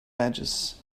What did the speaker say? edges